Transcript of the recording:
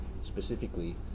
specifically